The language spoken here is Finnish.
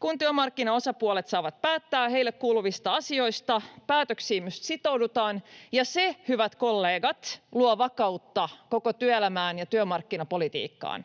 Kun työmarkkinaosapuolet saavat päättää heille kuuluvista asioista, päätöksiin myös sitoudutaan, ja se, hyvät kollegat, luo vakautta koko työelämään ja työmarkkinapolitiikkaan.